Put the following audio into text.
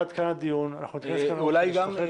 עד כאן הדיון, אנחנו נתכנס בעוד חודש וחצי.